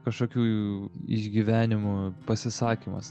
kažkokių išgyvenimų pasisakymas